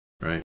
right